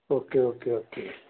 okay okay okay